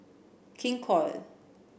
King Koil